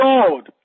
Lord